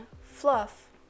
Fluff